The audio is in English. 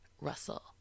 russell